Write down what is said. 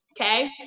okay